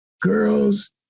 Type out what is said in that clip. Girls